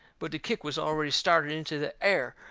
but the kick was already started into the air,